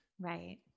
Right